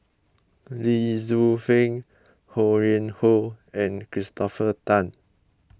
Lee Tzu Pheng Ho Yuen Hoe and Christopher Tan